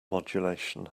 modulation